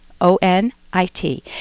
O-N-I-T